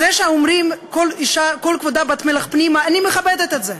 זה שאומרים "כל כבודה בת מלך פנימה" אני מכבדת את זה.